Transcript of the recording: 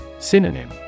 Synonym